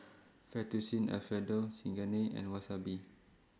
Fettuccine Alfredo Chigenabe and Wasabi